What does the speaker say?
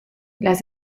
las